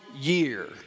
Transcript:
year